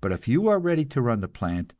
but if you are ready to run the plant,